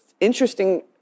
interesting